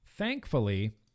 Thankfully